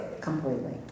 completely